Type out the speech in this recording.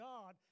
God